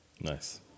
Nice